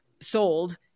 sold